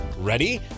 Ready